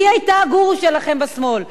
היא היתה הגורו שלכם בשמאל.